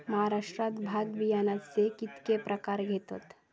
महाराष्ट्रात भात बियाण्याचे कीतके प्रकार घेतत?